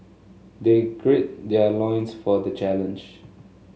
they gird their loins for the challenge